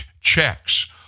checks